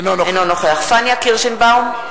אינו נוכח פניה קירשנבאום,